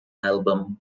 album